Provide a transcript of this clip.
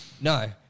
No